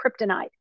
kryptonite